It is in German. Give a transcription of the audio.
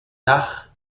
dach